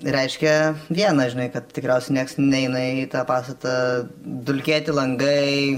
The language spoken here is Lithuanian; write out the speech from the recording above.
reiškia viena žinai kad tikriausiai niekas neina į tą pastatą dulkėti langai